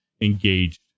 engaged